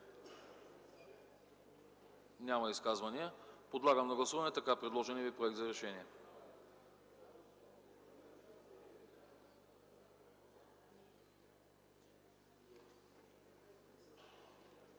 Няма. Подлагам на гласуване така предложения ви Проект за решение.